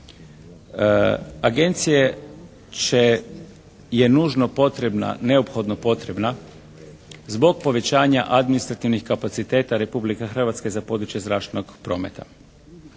Agencije će, je nužno potrebna, neophodno potrebna zbog povećanja administrativnih kapaciteta Republika Hrvatska i za područje zračnog prometa.